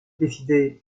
décidé